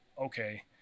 okay